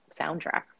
soundtrack